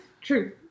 True